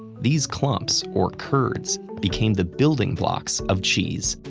these clumps, or curds, became the building blocks of cheese,